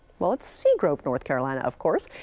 well, it's seagrove, north carolina, of course.